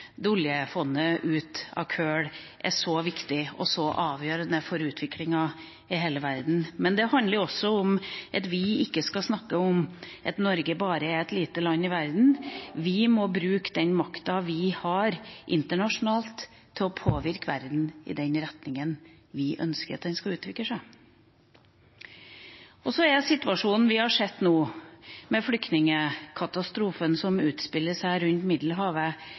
oljefondet ut av kull er så viktig og så avgjørende for utviklinga i hele verden. Men det handler også om at vi ikke skal snakke om at Norge bare er et lite land i verden, vi må bruke den makta vi har internasjonalt, til å påvirke verden i den retninga vi ønsker at den skal utvikle seg. Den situasjonen vi har sett nå, med flyktningkatastrofen som utspiller seg rundt Middelhavet,